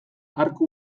arku